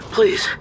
Please